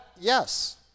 Yes